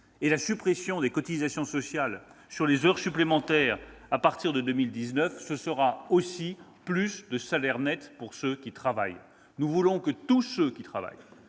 La suppression des cotisations sociales sur les heures supplémentaires à partir de 2019, ce sera aussi plus de salaire net pour ceux qui travaillent. Nous voulons que tous ceux qui travaillent,